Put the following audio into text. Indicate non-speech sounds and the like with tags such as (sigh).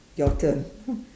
your turn (laughs)